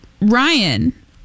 Ryan